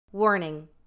Warning